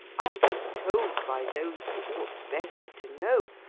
i was told by those who ought best to know,